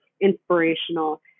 inspirational